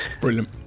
Brilliant